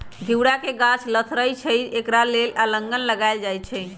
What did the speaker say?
घिउरा के गाछ लथरइ छइ तऽ एकरा लेल अलांन लगायल जाई छै